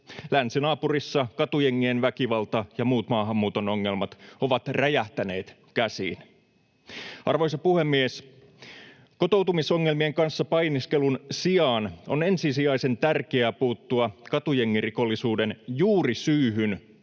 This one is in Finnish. Länsinaapurissa katujengien väkivalta ja muut maahanmuuton ongelmat ovat räjähtäneet käsiin. Arvoisa puhemies! Kotoutumisongelmien kanssa painiskelun sijaan on ensisijaisen tärkeää puuttua katujengirikollisuuden juurisyyhyn